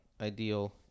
ideal